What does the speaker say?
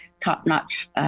top-notch